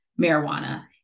marijuana